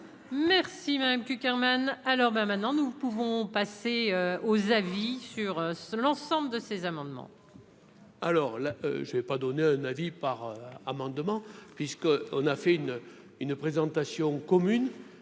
Merci madame Luc Hermann alors ben maintenant, nous pouvons passer aux avis sur ce l'ensemble de ces amendements. Alors là, je ne vais pas donner un avis, par amendement, puisque on a fait une une présentation commune